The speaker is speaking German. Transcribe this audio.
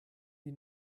die